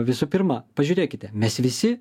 visu pirma pažiūrėkite mes visi